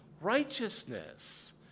Righteousness